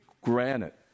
granite